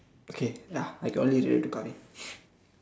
okay ya I can only relate to Kelvin